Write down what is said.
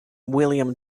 william